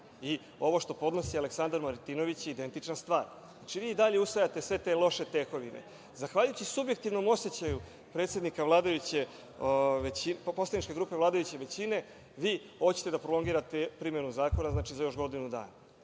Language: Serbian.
Ovo što podnosi Aleksandar Martinović je identična stvar. Znači, vi dalje usvajate sve te loše tekovine. Zahvaljujući subjektivnom osećaju predsednika poslaničke grupe vladajuće većine, vi hoćete da prolongirate primenu zakona za još godinu dana.